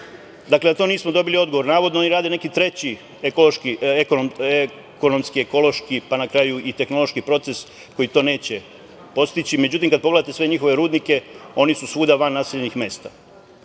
na to nismo dobili odgovor. Navodno, oni rade neki treći ekonomski, ekološki, pa na kraju i tehnološki proces koji to neće postići, međutim kada pogledate sve njihove rudnike, oni su svuda van naseljenih mesta. Tako